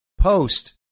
post